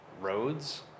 Roads